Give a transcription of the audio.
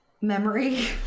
memory